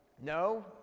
No